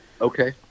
Okay